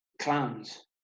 clowns